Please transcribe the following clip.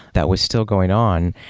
that was still going on.